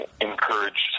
encouraged